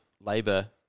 Labour